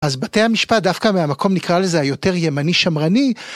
אז בתי המשפט דווקא מהמקום, נקרא לזה, היותר ימני שמרני.